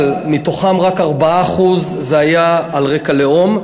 אבל מתוכן רק 4% היו על רקע לאום.